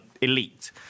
elite